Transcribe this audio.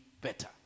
better